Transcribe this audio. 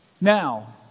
Now